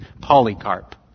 Polycarp